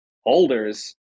holders